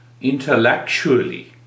intellectually